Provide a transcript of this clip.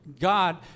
God